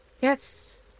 Yes